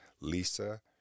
Lisa